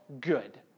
good